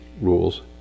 rules